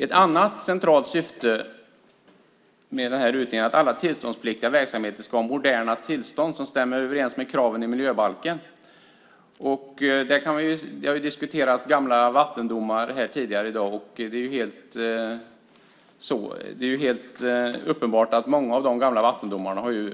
Ett annat centralt syfte med den här utredningen är att alla tillståndspliktiga verksamheter ska ha moderna tillstånd som stämmer överens med kraven i miljöbalken. Vi har diskuterat gamla vattendomar här tidigare i dag, och det är helt uppenbart att många av de gamla vattendomarna har